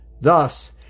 Thus